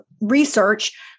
research